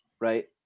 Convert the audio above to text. right